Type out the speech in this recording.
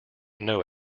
know